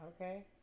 okay